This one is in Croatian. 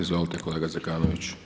Izvolite kolega Zekanović.